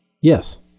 Yes